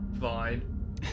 Fine